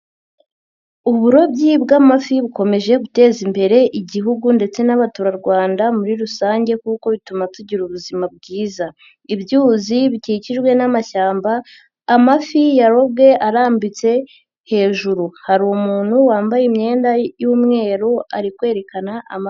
Uburobyi bw'amafi bukomeje guteza imbere igihugu ndetse n'abaturarwanda muri rusange kuko bituma tugira ubuzima bwiza, ibyuzi bikikijwe n'amashyamba, amafi yarobwe arambitse hejuru, hari umuntu wambaye imyenda y'umweru ari kwerekana amafi.